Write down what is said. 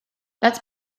that’s